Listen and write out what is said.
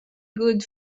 good